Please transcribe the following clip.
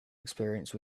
experience